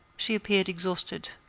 she appeared exhausted.